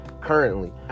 currently